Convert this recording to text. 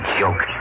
joke